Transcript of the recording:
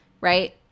right